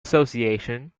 association